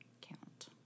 count